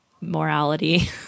morality